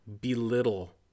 belittle